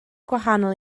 gwahanol